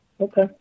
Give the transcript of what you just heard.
Okay